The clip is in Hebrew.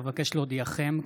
אבקש להודיעכם,